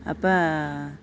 அப்போ